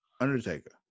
Undertaker